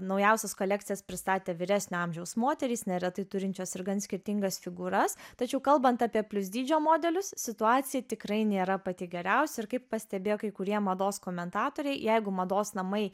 naujausias kolekcijas pristatė vyresnio amžiaus moterys neretai turinčios ir gan skirtingas figūras tačiau kalbant apie plius dydžio modelius situacija tikrai nėra pati geriausia ir kaip pastebėjo kai kurie mados komentatoriai jeigu mados namai